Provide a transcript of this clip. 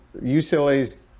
UCLA's